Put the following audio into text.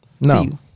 No